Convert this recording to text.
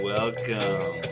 Welcome